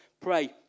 Pray